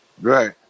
right